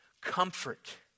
comfort